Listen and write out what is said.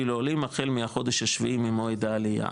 לעולים החל מהחודש השביעי ממועד העלייה,